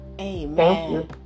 Amen